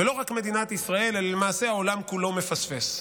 ולא רק מדינת ישראל, אלא למעשה העולם כולו מפספס.